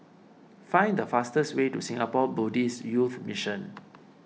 find the fastest way to Singapore Buddhist Youth Mission